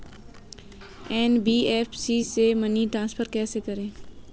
NBFC से money transfer कैसे करें?